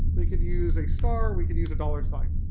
we could use a star, we could use a dollar sign.